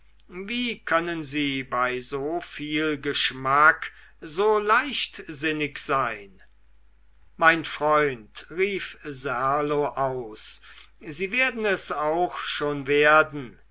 wie können sie bei so viel geschmack so leichtsinnig sein mein freund rief serlo aus sie werden es auch schon werden